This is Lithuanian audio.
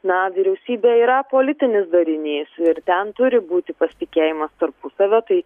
na vyriausybė yra politinis darinys ir ten turi būti pasitikėjimas tarpusavio tai